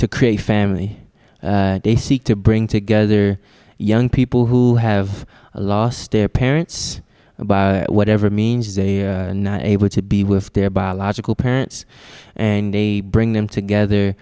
to create family they seek to bring together young people who have lost their parents and by whatever means they're not able to be with their biological parents and they bring them together